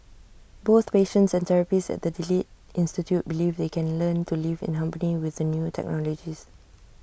both patients and therapists at the delete institute believe they can learn to live in harmony with the new technologies